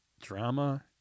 Drama